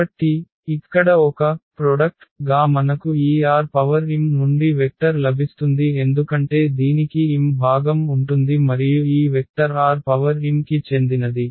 కాబట్టి ఇక్కడ ఒక ఉత్పత్తి గా మనకు ఈ Rm నుండి వెక్టర్ లభిస్తుంది ఎందుకంటే దీనికి m భాగం ఉంటుంది మరియు ఈ వెక్టర్ Rm కి చెందినది